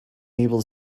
able